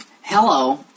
Hello